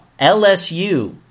LSU